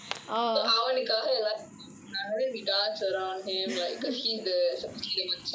so அவனுக்காக எல்லாரும்:avanukkaaga ellaarum cheerup பண்ணாங்க:pannaanga then we dance around him like because he is the மச்சான்:macha